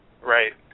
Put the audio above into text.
Right